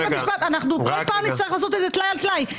אנחנו כל פעם נצטרך לעשות את זה טלאי על טלאי,